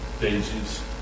Daisies